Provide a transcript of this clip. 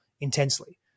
intensely